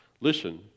Listen